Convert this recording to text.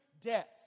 death